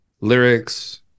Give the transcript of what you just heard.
lyrics